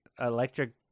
electric